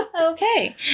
Okay